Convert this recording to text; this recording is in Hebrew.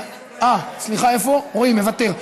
רועי מוותר,